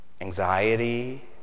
anxiety